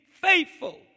faithful